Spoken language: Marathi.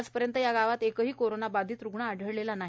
आज पर्यंत गावात एकही कोरोना बाधित रुग्ण आढळला नाही